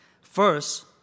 First